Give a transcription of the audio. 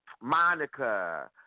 Monica